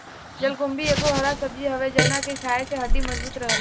जलकुम्भी एगो हरा सब्जी हवे जवना के खाए से हड्डी मबजूत रहेला